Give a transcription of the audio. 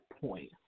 point